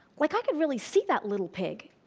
like, i could really see that little pig.